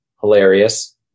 hilarious